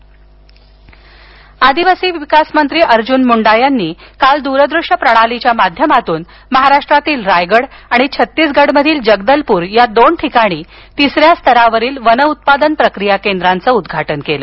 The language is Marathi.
ट्राय फूड आदिवासी विकास मंत्री अर्जुन मुंडा यांनी काल दूर दृश्य प्रणालीच्या माध्यमातून महाराष्ट्रातील रायगड आणि छत्तीसगडमधील जगदलपूर या दोन ठिकाणी तिसऱ्या स्तरावरील वन उत्पादन प्रक्रिया केंद्रांचं उद्घाटन केलं